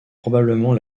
probablement